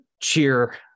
cheer